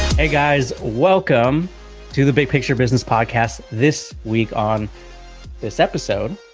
hey guys, welcome to the big picture business podcast this week on this episode,